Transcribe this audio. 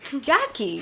Jackie